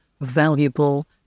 valuable